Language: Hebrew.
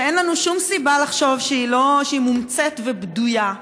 שאין לנו שום סיבה לחשוב שהיא מומצאת ובדויה,